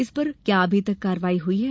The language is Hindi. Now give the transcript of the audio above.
इस पर क्या अभी तक कार्यवाही हुई है